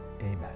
Amen